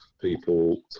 people